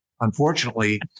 Unfortunately